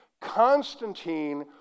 Constantine